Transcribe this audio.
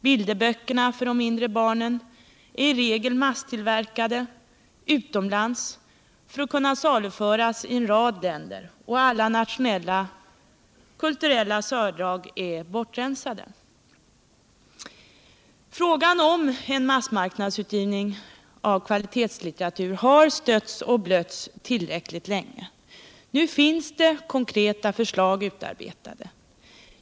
Bilderböckerna för de mindre barnen är i regel masstillverkade utomlands för att kunna saluföras i en rad länder, och alla nationella kulturella särdrag är bortrensade. Frågan om en massmarknadsutgivning har stötts och blötts tillräckligt länge. Nu finns det konkreta förslag utarbetade.